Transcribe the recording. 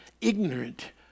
ignorant